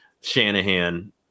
Shanahan